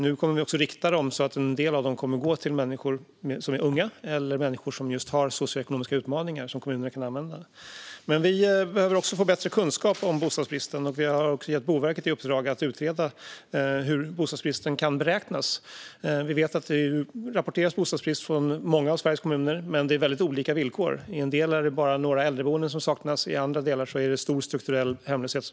Nu kommer det också att riktas så att kommunerna kan använda en del av det till bostäder för unga människor eller människor med socioekonomiska utmaningar. Vi behöver få bättre kunskap om bostadsbristen, och därför har vi gett Boverket i uppdrag att utreda hur bostadsbristen kan beräknas. Det rapporteras bostadsbrist från många av Sveriges kommuner, men på väldigt olika villkor. I en del kommuner saknas det bara några äldreboenden medan det i andra handlar om stor strukturell hemlöshet.